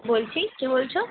বলছি কে বলছো